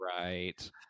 right